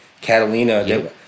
Catalina